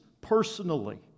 personally